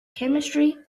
chemistry